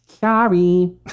sorry